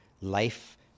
life